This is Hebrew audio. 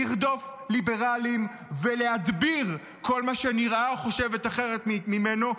לרדוף ליברלים ולהגביר כל מה שנראה או חושב אחרת ממנו,